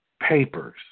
papers